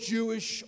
Jewish